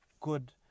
good